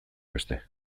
beste